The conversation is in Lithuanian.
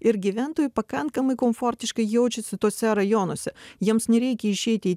ir gyventojai pakankamai komfortiškai jaučiasi tuose rajonuose jiems nereikia išeiti